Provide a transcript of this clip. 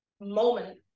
moment